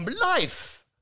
life